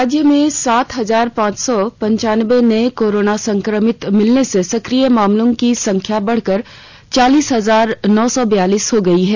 राज्य में सात हजार पांच सौ पनचानबे नए कोरोना संक्रमित मिलने से सक्रिय मामलों की संख्या बढ़कर चालीस हजार नौ सौ बयालीस हो गई है